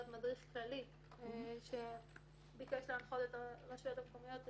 מדריך כללי שמבקש להנחות את הרשויות המקומיות.